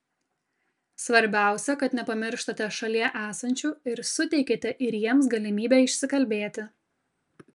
svarbiausia kad nepamirštate šalie esančių ir suteikiate ir jiems galimybę išsikalbėti